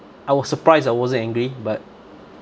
I was surprised I wasn't angry but